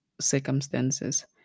circumstances